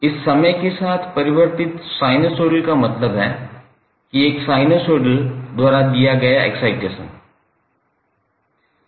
इस समय के साथ परिवर्तित साइनसोइडल का मतलब है कि एक साइनसॉइड द्वारा दिया गया एक्साइटेशन है